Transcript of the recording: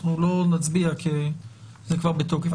אנחנו לא נצביע כי זה כבר בתוקף,